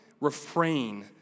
refrain